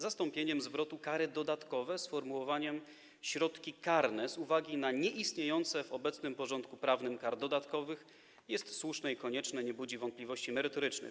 Zastąpienie zwrotu „kary dodatkowe” sformułowaniem „środki karne” z uwagi na nieistnienie w obecnym porządku prawnym kar dodatkowych jest słuszne i konieczne, nie budzi wątpliwości merytorycznych.